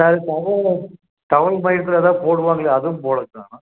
த தகவல் தகவல் மையத்தில் எதாவது போடுவாங்களே அதுவும் போடக்காணும்